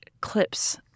clips